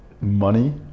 money